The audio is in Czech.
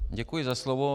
Děkuji za slovo.